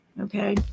Okay